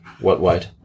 worldwide